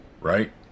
Right